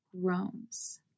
groans